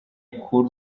kuri